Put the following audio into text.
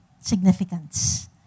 significance